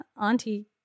Auntie